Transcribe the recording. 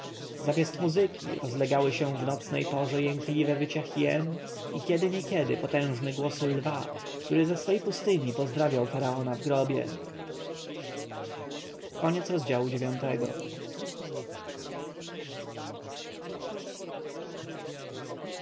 zamiast muzyki rozlegały się w nocnej porze jękliwe wycia hien i kiedy niekiedy potężny głos lwa który ze swej pustyni pozdrawiał faraona w grobie